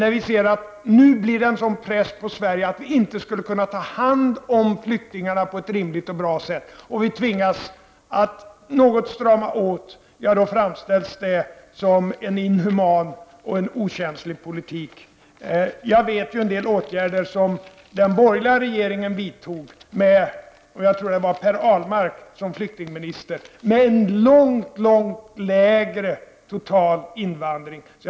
Men vi ser att det nu blir en sådan press på Sverige att vi inte skulle kunna ta hand om flyktingarna på ett rimligt och bra sätt, och vi tvingas därför att något strama åt flyktingpolitiken. Detta framställs då som en inhuman och okänslig politik, och jag tycker det är tråkigt. Den borgerliga regeringen, med — tror jag att det var — Per Ahlmark som flyktingminister, vidtog en del åtgärder med totalt sett en långt lägre grad av invandring som följd.